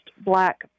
black